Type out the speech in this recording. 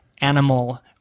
animal